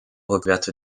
recouverte